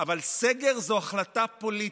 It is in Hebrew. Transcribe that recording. אבל סגר זו החלטה פוליטית.